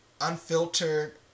unfiltered